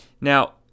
Now